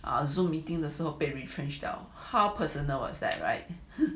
ah Zoom meeting 的时候被 retrenched 掉 how personal was that right